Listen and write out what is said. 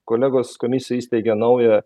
kolegos komisija įsteigė naują